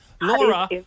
Laura